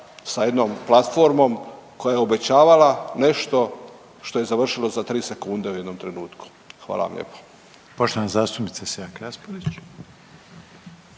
sa jednom platformom koja je obećavala nešto što je završilo za tri sekunde u jednom trenutku? Hvala vam lijepo.